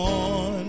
on